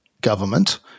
government